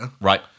right